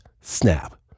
snap